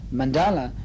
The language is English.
mandala